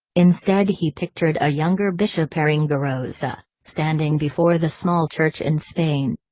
instead he pictured a younger bishop aringarosa, standing before the small church in spain.